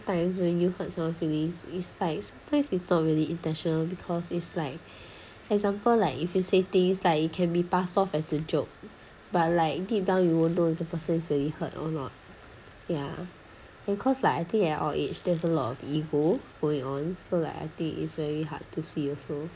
sometimes when you hurt someone feelings is like sometimes it's not really intentional because is like example like if you say things like it can be passed off as a joke but like deep down you will know if the person is really hurt or not yeah because like I think at all age there's a lot of ego going on so like I think it's very hard to say also